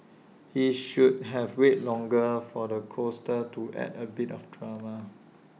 he should have wait longer for the coaster to add A bit of drama